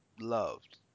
loved